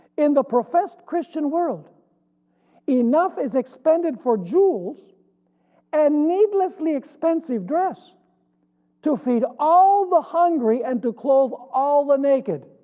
in the professed christian world enough is expended for jewels and needlessly expensive dress to feed all the hungry and to clothe all the naked.